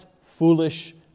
foolish